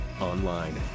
online